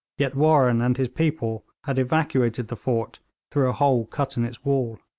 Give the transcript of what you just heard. yet warren and his people had evacuated the fort through a hole cut in its wall.